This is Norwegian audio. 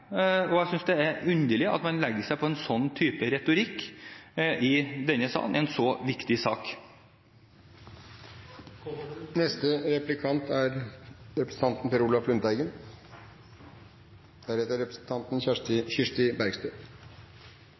underlig at man legger seg på en sånn type retorikk i denne salen i en så viktig sak.